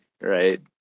right